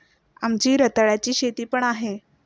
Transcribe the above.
आमची रताळ्याची शेती पण आहे